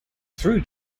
through